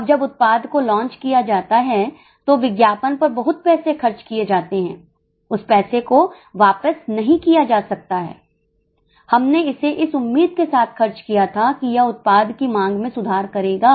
अब जब उत्पाद को लॉन्च किया जाता है तो विज्ञापन पर बहुत पैसे खर्च किए जाते हैं उस पैसे को वापस नहीं किया जा सकता है हमने इसे इस उम्मीद के साथ खर्च किया था कि यह उत्पाद की मांग में सुधार करेगा